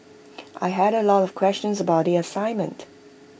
I had A lot of questions about the assignment